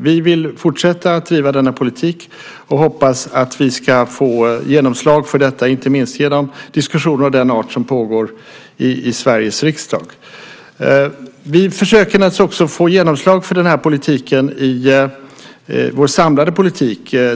Vi vill fortsätta att driva denna politik och hoppas att vi ska få genomslag för detta, inte minst genom diskussioner av den art som pågår i Sveriges riksdag. Vi försöker naturligtvis också få genomslag för den här politiken i vår samlade politik.